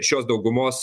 šios daugumos